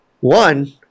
one